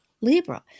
Libra